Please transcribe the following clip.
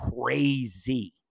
crazy